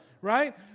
right